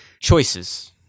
choices